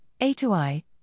A-to-I